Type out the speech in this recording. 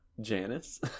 janice